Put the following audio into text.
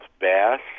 bass